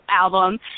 album